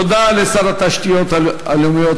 תודה לשר התשתיות הלאומיות,